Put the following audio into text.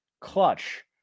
clutch